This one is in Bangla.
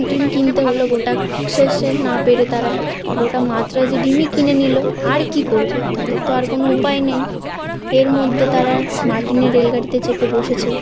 ডিম কিনতে হলো গোটা শেষ শেষ না পেরে তারা গোটা মাদ্রাজী ডিমই কিনে নিল আর কী করবে তাদের তো আর কোনো উপায় নেই এর মধ্যে তারা মার্টিনের রেলগাড়িতে চেপে বসেছে